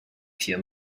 few